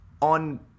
on